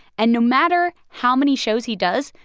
and no matter how many shows he does,